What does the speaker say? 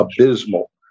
abysmal